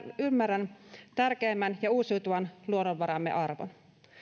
ymmärrän tärkeimmän ja uusiutuvan luonnonvaramme arvon